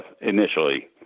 initially